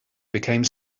became